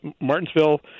Martinsville